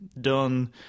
done